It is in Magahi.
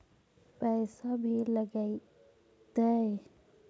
पैसा भी लगतय?